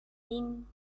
din